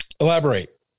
Elaborate